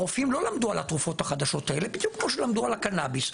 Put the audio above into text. הרופאים לא למדו על התרופות החדשות האלה בדיוק כמו שלמדו על הקנביס.